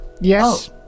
Yes